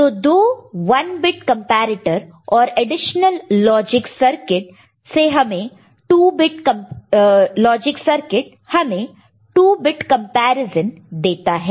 तो दो 1 bit comparator और एडिशनल लॉजिक सर्किट हमें 2 बिट कंपैरिजन देता है